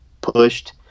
pushed